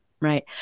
Right